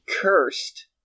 cursed